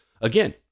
again